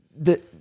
the-